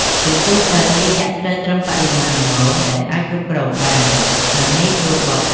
ជាទូទៅ គេចាក់ស្រូវត្រឹមបរិមាណល្មមដែលអាចគ្រប់គ្រងបាន និងងាយស្រួលបុក។